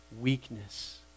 weakness